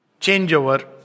changeover